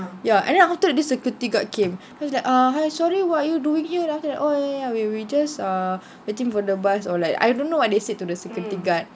ya and then after this security guard came because he was like uh hi sorry what are you doing here then after oh ya ya we we just um waiting for the bus or like I don't know what they said to the security guard